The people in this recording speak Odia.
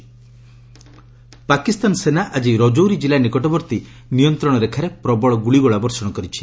ଏଲ୍ଓସି ପାକିସ୍ତାନ ସେନା ଆଜି ରଜୌରୀ ଜିଲ୍ଲା ନିକଟବର୍ତ୍ତୀ ନିୟନ୍ତ୍ରଣ ରେଖାରେ ପ୍ରବଳ ଗୁଳିଗୋଳା ବର୍ଷଣ କରିଛି